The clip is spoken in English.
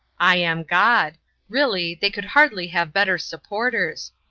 i am god really, they could hardly have better supporters.